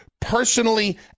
personally